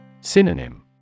Synonym